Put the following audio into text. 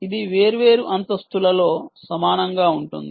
ఇది వేర్వేరు అంతస్తులలో సమానంగా ఉంటుంది